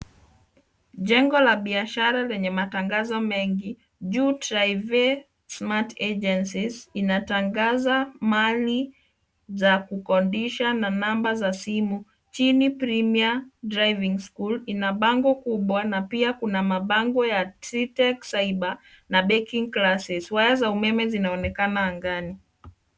Jengo la biashara lenye matangazo mengi, juu Tryvay Smat Agencies inatangaza mali za kukodisha na namba za simu. Chini Premier Driving School, ina bango kubwa, na pia kuna mabango ya Tritech Cyber na Baking classes , waya za umeme zinaonekana angani.